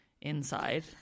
inside